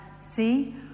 See